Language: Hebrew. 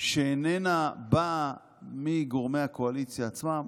שאיננה באה מגורמי הקואליציה עצמם?